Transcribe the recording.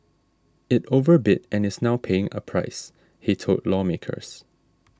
it overbid and is now paying a price he told lawmakers